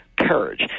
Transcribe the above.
courage